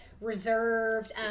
reserved